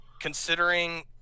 considering